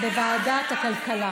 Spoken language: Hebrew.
בוועדת הכלכלה.